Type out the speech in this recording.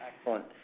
Excellent